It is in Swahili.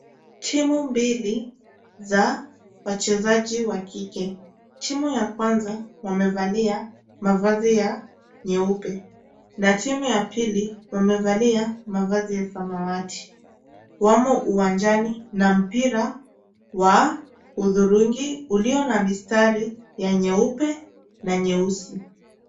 Timu mbili za wachezaji wa kike, timu ya kwanza wamevalia mavazi ya nyeupe, na timu ya pili wamevalia mavazi ya samawati, wamo uwanjani na mpira wa udhurungi ulio na mistari ya nyeupe na nyeusi.